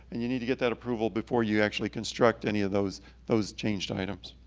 and you need to get that approval before you actually construct any of those those changed items.